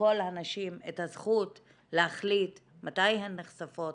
ולכל הנשים את הזכות להחליט מתי הן נחשפות,